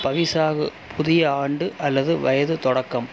பவிசாகு புதிய ஆண்டு அல்லது வயது தொடக்கம்